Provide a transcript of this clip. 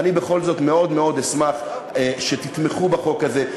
אני בכל זאת מאוד מאוד אשמח אם תתמכו בחוק הזה.